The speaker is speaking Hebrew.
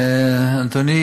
אדוני,